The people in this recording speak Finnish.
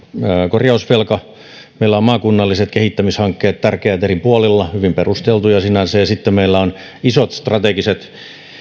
korjausvelka meillä on tärkeät maakunnalliset kehittämishankkeet eri puolilla hyvin perusteltuja sinänsä ja sitten meillä on isot strategiset